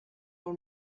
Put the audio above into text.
pel